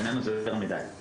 בעיניי זה יותר מדי.